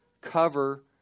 cover